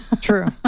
true